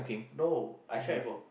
no I tried before